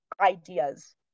ideas